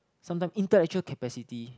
sometime intellectual capacity